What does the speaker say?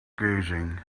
gazing